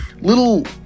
little